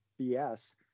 BS